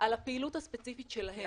על הפעילות הספציפית שלהן.